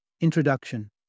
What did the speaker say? Introduction